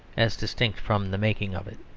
as distinct from the making of it.